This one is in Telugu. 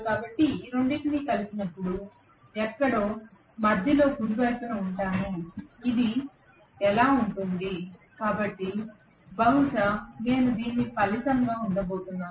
కాబట్టి నేను ఈ రెండింటినీ కలిపినప్పుడు నేను ఎక్కడో మధ్యలో కుడి వైపున ఉంటాను ఇది ఎలా ఉంటుంది కాబట్టి నేను బహుశా దీని ఫలితంగా ఉండబోతున్నాను